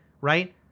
right